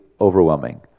overwhelming